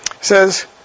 Says